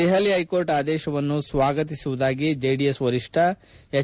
Delhi high court ಆದೇಶವನ್ನು ಸ್ವಾಗತಿಸುವುದಾಗಿ JDS ವರಿಷ್ಠ ಹೆಚ್